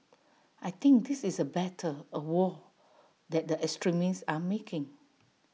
I think this is A battle A war that the extremists are making